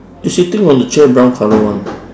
she sitting on the chair brown colour [one]